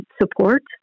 Support